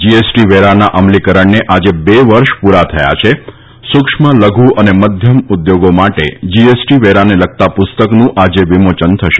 GST વેરાના અમલીકરણને આજે બે વર્ષ પૂરા થયા છે સુક્ષ્મલઘુ અને મધ્ય ઉદ્યોગો માટે જીએસટી વેરાને લગતા પુસ્તકનું આજે વિમોચન થશે